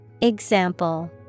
Example